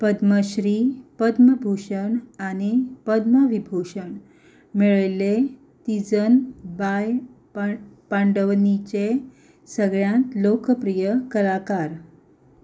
पद्मश्री पद्मभुषण आनी पद्मविभुषण मेळयल्ले तिजन बाय पां पांडवनीचे सगळ्यात लोकप्रीय कलाकार